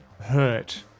hurt